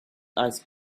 ice